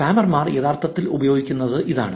സ്പാമർമാർ യഥാർത്ഥത്തിൽ ഉപയോഗിക്കുന്നത് ഇതാണ്